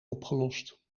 opgelost